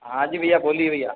हाँ जी भैया बोलिए भैया